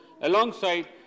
alongside